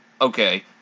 okay